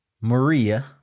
Maria